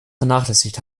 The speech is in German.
vernachlässigt